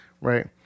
right